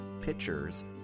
pictures